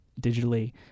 digitally